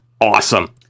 awesome